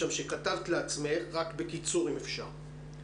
שכתבת לעצמך, אבל בקיצור, אם אפשר.